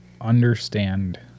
understand